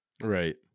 Right